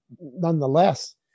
nonetheless